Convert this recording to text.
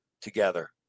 together